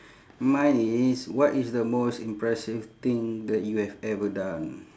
mine is what is the most impressive thing that you have ever done